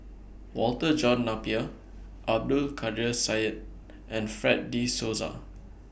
Walter John Napier Abdul Kadir Syed and Fred De Souza